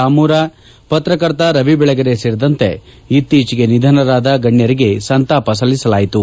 ಆಮೂರ ಪತ್ರಕರ್ತ ರವಿ ಬೆಳೆಗರೆ ಸೇರಿದಂತೆ ಇತ್ತೀಚೆಗೆ ನಿಧನರಾದ ಗಣ್ಣರಿಗೆ ಸಂತಾಪ ಸಲ್ಲಿಸಲಾಯಿತು